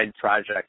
project